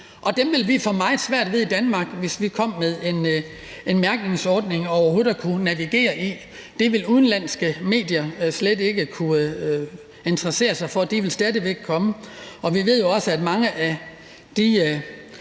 Vi vil i Danmark få meget svært ved, hvis vi kom med en mærkningsordning, overhovedet at kunne navigere i det. Det ville udenlandske medier slet ikke kunne interessere sig for. De ville stadig væk komme. Og vi ved jo, at mange af de